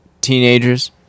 Teenagers